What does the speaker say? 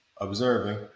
Observing